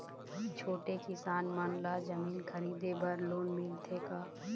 छोटे किसान मन ला जमीन खरीदे बर लोन मिलथे का?